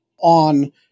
on